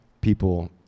People